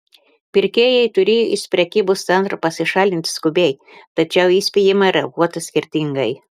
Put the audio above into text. pirkėjai turėjo iš prekybos centro pasišalinti skubiai tačiau į įspėjimą reaguota skirtingai